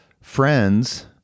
friends